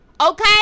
Okay